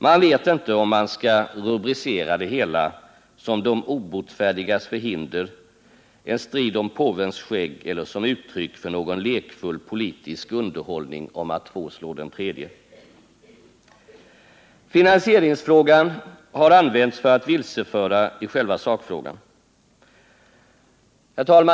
Man vet inte om man skall rubricera det hela som de obotfärdigas förhinder, en strid om påvens skägg eller som uttryck för någon lekfull politisk underhållning — två slår den tredje. Finansieringsfrågan har använts för att vilseföra i själva sakfrågan.